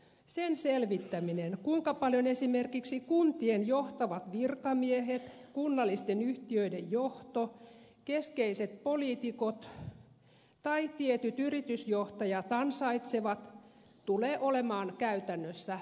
sen selvittäminen kuinka paljon esimerkiksi kuntien johtavat virkamiehet kunnallisten yhtiöiden johto keskeiset poliitikot tai tietyt yritysjohtajat ansaitsevat tulee olemaan käytännössä mahdotonta